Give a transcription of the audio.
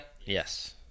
Yes